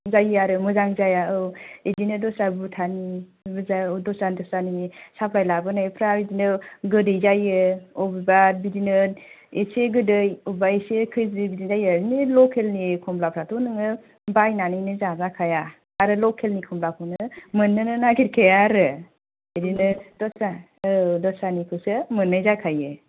जायो आरो मोजां जाया औ इदिनो दस्रा भुटाननि बुर्जा दस्रा दस्रानि सफ्लाय लाबोनायफ्रा इदिनो गोदै जायो अबेबा बिदिनो एसे गोदै अबेबा एसे खैज्रिद इदि जायो आरो बे लकेलनि खमब्लाफ्रा थ' नोङो बायनानैनो जाजाखाया आरो लकेलनि खमलाखौनो मोन्नोनो नागिरखाया आरो बिदिनो दस्रा औ दस्रानिखौसो मोन्नाय जाखायो